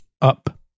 Up